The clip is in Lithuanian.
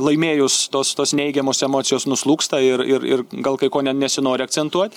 laimėjus tos tos neigiamos emocijos nuslūgsta ir ir ir gal kai ko ne nesinori akcentuot